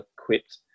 equipped